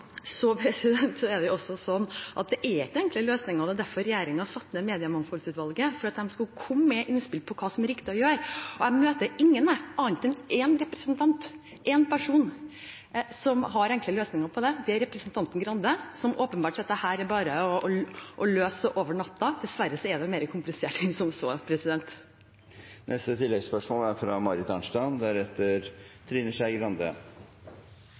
Det er ikke noen enkle løsninger. Det var derfor regjeringen satte ned Mediemangfoldsutvalget, for at de skulle komme med innspill om hva som er riktig å gjøre. Jeg møter ingen, bortsett fra én representant, én person, som har enkle løsninger på det. Det er representanten Grande, som åpenbart sier at dette er bare å løse over natta. Dessverre er det mer komplisert enn som så. Marit Arnstad – til oppfølgingsspørsmål. Det er